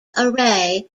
array